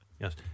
yes